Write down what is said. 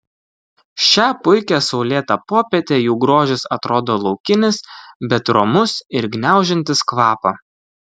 šią puikią saulėtą popietę jų grožis atrodo laukinis bet romus ir gniaužiantis kvapą